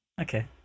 Okay